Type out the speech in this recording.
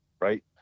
right